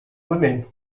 women